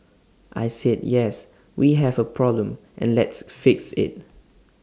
I said yes we have A problem and let's fix IT